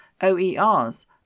OERs